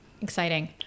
Exciting